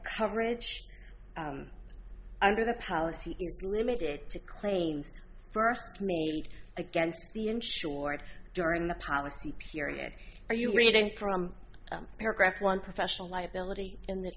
coverage under the policy is limited to claims first meet against the insured during the policy period are you reading from paragraph one professional liability in the